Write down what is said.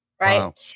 right